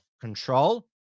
control